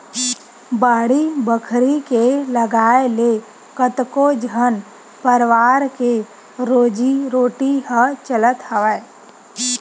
बाड़ी बखरी के लगाए ले कतको झन परवार के रोजी रोटी ह चलत हवय